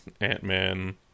ant-man